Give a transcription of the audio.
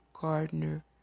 Gardner